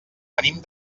venim